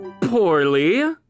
poorly